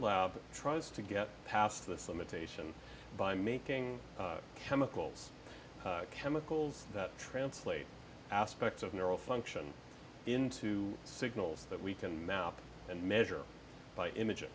lab tries to get past this limitation by making chemicals chemicals that translate aspects of neural function into signals that we can map and measure by imag